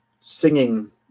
singing